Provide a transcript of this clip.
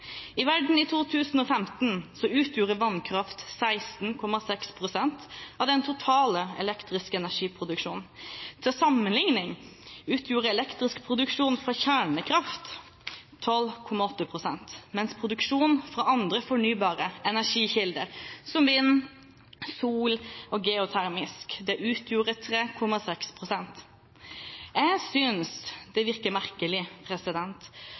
I verden i 2015 utgjorde vannkraft 16,6 pst. av den totale elektriske energiproduksjonen. Til sammenligning utgjorde elektrisk produksjon fra kjernekraft 12,8 pst., mens produksjon fra andre fornybare energikilder som vind, sol og geotermisk energi utgjorde 3,6 pst. Jeg synes det virker merkelig